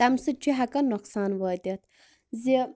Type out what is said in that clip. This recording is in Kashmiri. تمہ سۭتۍ چھُ ہیٚکان نۄقصان وٲتِتھ زِ